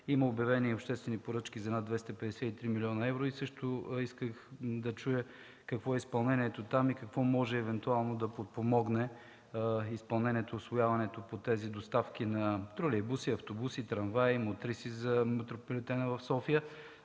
има обявени обществени поръчки за над 253 млн. евро. Също исках да чуя какво е изпълнението там и какво може евентуално да подпомогне усвояването по тези доставки на тролейбуси, автобуси, трамваи и мотриси за Метрополитена в София,